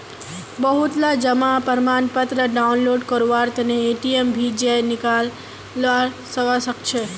बहुतला जमा प्रमाणपत्र डाउनलोड करवार तने एटीएमत भी जयं निकलाल जवा सकछे